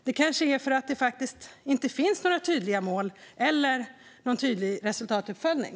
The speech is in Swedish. Det kanske är för att det faktiskt inte finns några tydliga mål eller någon tydlig resultatuppföljning.